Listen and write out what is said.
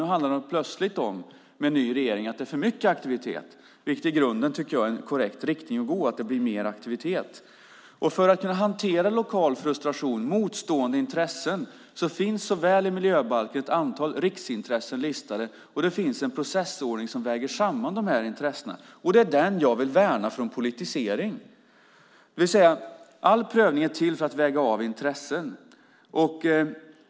Nu, med ny regering, handlar det plötsligt om att det är för mycket aktivitet. I grunden tycker jag att det är en korrekt riktning att gå; att det blir mer aktivitet. För att kunna hantera lokal frustration och motstående intressen finns i miljöbalken såväl ett antal riksintressen listade som en processordning som väger samman dessa intressen. Det är denna jag vill värna från politisering. All prövning är till för att väga av intressen.